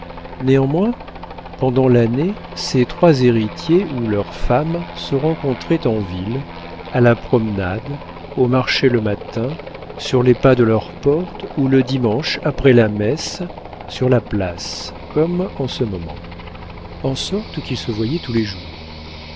néanmoins pendant l'année ces trois héritiers ou leurs femmes se rencontraient en ville à la promenade au marché le matin sur les pas de leurs portes ou le dimanche après la messe sur la place comme en ce moment en sorte qu'ils se voyaient tous les jours